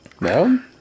No